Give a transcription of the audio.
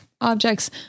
objects